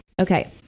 okay